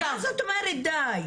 מה זאת אומרת די?